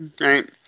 right